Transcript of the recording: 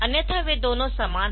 अन्यथा वे दोनो समान है